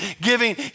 giving